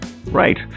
Right